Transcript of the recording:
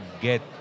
get